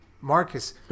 marcus